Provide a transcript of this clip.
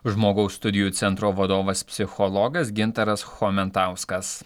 žmogaus studijų centro vadovas psichologas gintaras chomentauskas